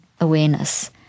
awareness